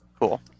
cool